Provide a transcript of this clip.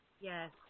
Yes